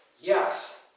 Yes